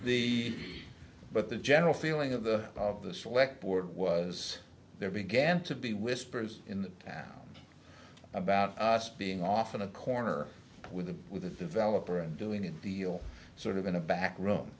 the but the general feeling of the of the select board was there began to be whispers in that about us being off in a corner with the with the developer and doing a deal sort of in a back room